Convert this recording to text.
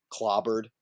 clobbered